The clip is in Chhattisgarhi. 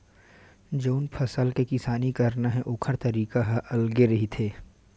जउन फसल के किसानी करना हे ओखर तरीका ह अलगे रहिथे